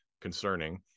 concerning